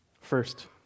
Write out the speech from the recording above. First